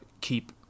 keep